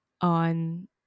on